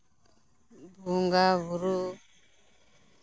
ᱵᱚᱸᱜᱟ ᱵᱩᱨᱩ